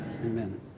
Amen